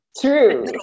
True